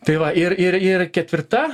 tai va ir ir ir ketvirta